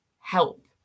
help